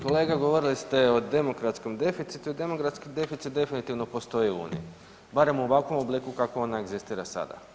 Kolega, govorili ste o demokratskom deficitu, demokratski deficit definitivno postoji u EU, barem u ovakvom obliku kako ona egzistira sada.